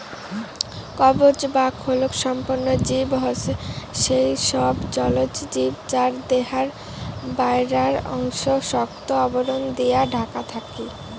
কবচ বা খোলক সম্পন্ন জীব হসে সেই সব জলজ জীব যার দেহার বায়রার অংশ শক্ত আবরণ দিয়া ঢাকা থাকি